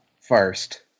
first